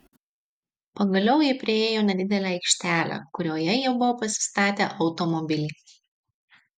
pagaliau ji priėjo nedidelę aikštelę kurioje jie buvo pasistatę automobilį